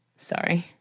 Sorry